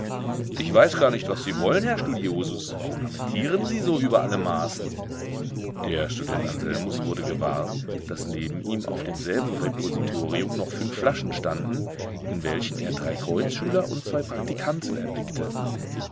ich weiß gar nicht was sie wollen herr studiosus warum lamentieren sie so über alle maßen der student anselmus wurde gewahr daß neben ihm auf demselben repositorium noch fünf flaschen standen in welchen er drei kreuzschüler und zwei praktikanten erblickte